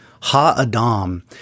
Ha-adam